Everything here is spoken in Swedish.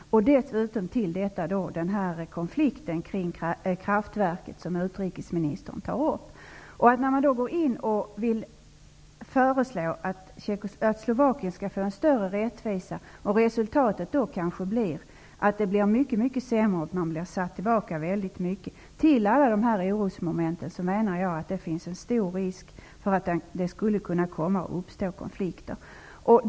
Till detta kommer då konflikten kring kraftverket, som utrikesministern tog upp. När man nu föreslår att Slovakien skall få en större rättvisa blir kanske resultatet att det blir mycket sämre. Med alla dessa orosmoment finns det en stor risk för att det kan uppstå konflikter.